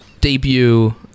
debut